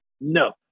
No